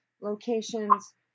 locations